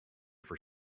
for